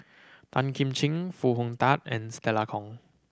Tan Kim Ching Foo Hong Tatt and Stella Kon